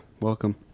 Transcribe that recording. welcome